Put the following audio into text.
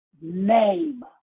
name